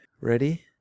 Ready